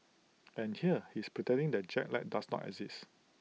and here he is pretending that jet lag does not exist